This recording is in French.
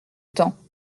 temps